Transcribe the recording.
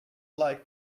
like